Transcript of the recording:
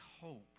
hope